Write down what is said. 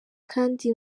kandi